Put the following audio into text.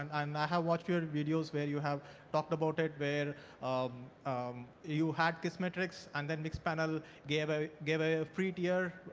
and i mean i have watched your videos where you have talked about it, where um you had kissmetrics and then mixedpanel give ah give a free tier.